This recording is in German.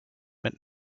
mit